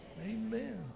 Amen